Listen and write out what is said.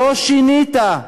לא שינית.